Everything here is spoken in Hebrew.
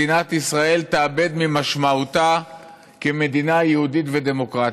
מדינת ישראל תאבד ממשמעותה כמדינה יהודית ודמוקרטית.